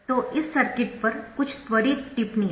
तो इस सर्किट पर कुछ त्वरित टिप्पणियाँ